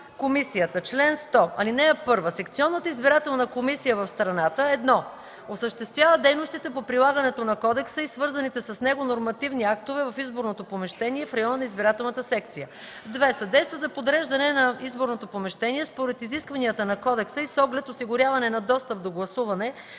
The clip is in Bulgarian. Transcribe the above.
комисията Чл. 100. (1) Секционната избирателна комисия в страната: 1. осъществява дейностите по прилагането на кодекса и свързаните с него нормативни актове в изборното помещение и в района на избирателната секция; 2. съдейства за подреждане на изборното помещение според изискванията на кодекса и с оглед осигуряване на достъп до гласуване